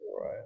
Right